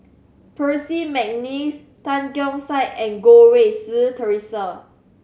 Percy McNeice Tan Keong Saik and Goh Rui Si Theresa